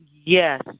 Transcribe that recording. yes